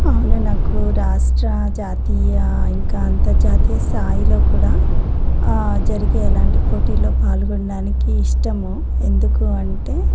అవును నాకు రాష్ట్ర జాతీయ ఇంకా అంతర్జాతీయ స్థాయిలో కూడా జరిగే ఎలాంటి పోటీల్లో పాల్గొనడానికి ఇష్టము ఎందుకు అంటే